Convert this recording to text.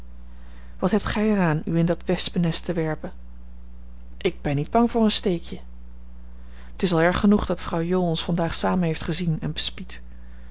wat hebt gij er aan u in dat wespennest te werpen ik ben niet bang voor een steekje t is al erg genoeg dat vrouw jool ons vandaag samen heeft gezien en